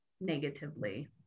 negatively